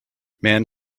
man